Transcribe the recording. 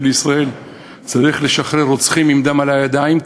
ישראל צריך לשחרר רוצחים עם דם על הידיים,